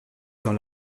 dans